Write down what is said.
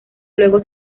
luego